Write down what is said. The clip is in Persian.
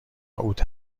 اوت